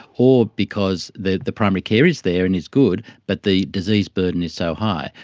or because the the primary care is there and is good but the disease burden is so high.